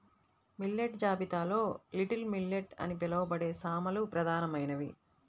millet జాబితాలో little millet అని పిలవబడే సామలు ప్రధానమైనది